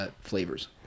Flavors